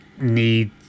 need